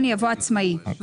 אנחנו